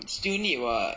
still need [what]